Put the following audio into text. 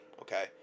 okay